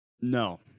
No